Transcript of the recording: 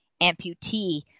amputee